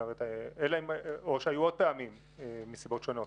או שהיו עוד פעמים מסיבות שונות?